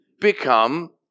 become